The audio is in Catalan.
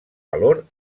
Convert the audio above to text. valor